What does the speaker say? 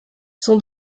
son